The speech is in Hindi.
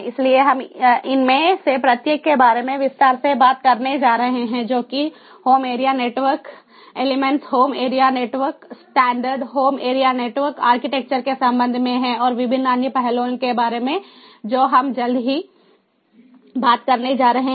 इसलिए हम इनमें से प्रत्येक के बारे में विस्तार से बात करने जा रहे हैं जो कि home area network elements home area network standard home area network architecture के संबंध में है और विभिन्न अन्य पहलों के बारे में जो हम जल्द ही बात करने जा रहे हैं